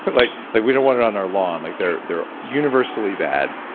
but like like we don't want it on our lawn. like they're they're universally bad.